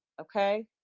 Okay